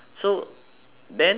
then you can